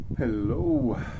hello